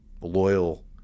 loyal